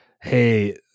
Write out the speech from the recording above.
hey